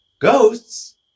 Ghosts